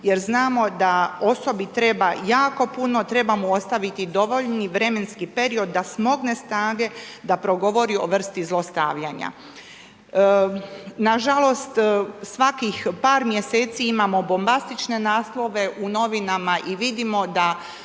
jer znamo da osobi treba jako puno, treba mu ostaviti dovoljno vremenski period da smogne snage da progovori o vrsti zlostavljanja. Nažalost, svakih par mjeseci imamo bombastične naslove u novinama i vidimo da